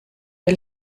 der